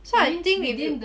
so I think if you